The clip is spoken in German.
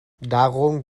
darum